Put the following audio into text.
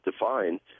defined